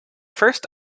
first